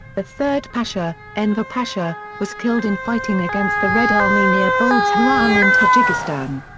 the third pasha, enver pasha, was killed in fighting against the red army near baldzhuan in tajikistan.